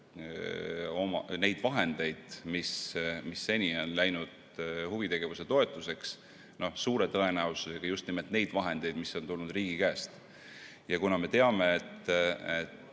neid vahendeid, mis seni on läinud huvitegevuse toetuseks, suure tõenäosusega just nimelt neid vahendeid, mis on tulnud riigi käest. Kuna me teame, et see